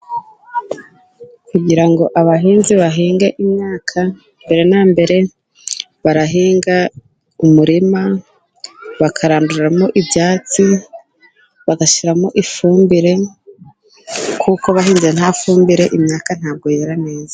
Kugira ngo abahinzi bahinge imyaka, mbere na mbere barahinga umurima bakaranduramo ibyatsi, bagashyiramo ifumbire, kuko bahinze nta fumbire, imyaka ntabwo yera neza.